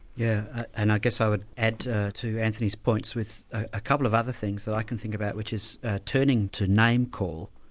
yeah and i guess i would add to to anthony's points with a couple of other things that i can think about, which is turning to name-call,